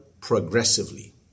progressively